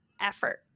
effort